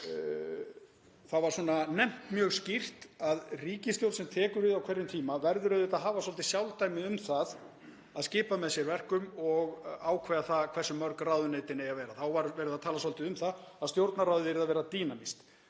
og var nefnt mjög skýrt að sú ríkisstjórn sem tekur við á hverjum tíma verður auðvitað að hafa svolítið sjálfdæmi um það að skipa með sér verkum og ákveða hversu mörg ráðuneytin eigi að vera. Þá var verið að tala svolítið um það að Stjórnarráðið yrði að vera dýnamískt,